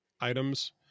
items